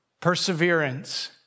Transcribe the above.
Perseverance